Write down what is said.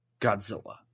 Godzilla